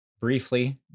Briefly